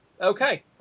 Okay